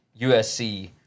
USC